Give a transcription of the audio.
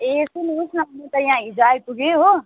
ए सुन्नु होस् न म त यहाँ हिजो आइपुगेँ हो